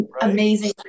Amazing